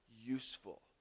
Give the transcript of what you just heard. useful